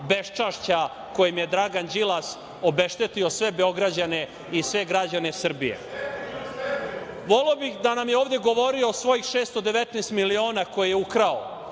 beščašća kojim je Dragan Đilas obeštetio sve Beograđane i sve građane Srbije. Voleo bih da nam je ovde govorio o svojih 619 miliona koje je ukrao